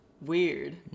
weird